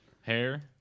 hair